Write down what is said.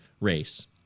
race